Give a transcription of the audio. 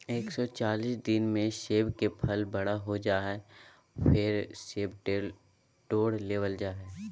एक सौ चालीस दिना मे सेब के फल बड़ा हो जा हय, फेर सेब तोड़ लेबल जा हय